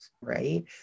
right